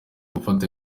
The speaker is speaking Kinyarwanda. gufata